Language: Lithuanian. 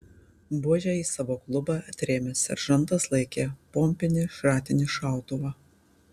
buože į savo klubą atrėmęs seržantas laikė pompinį šratinį šautuvą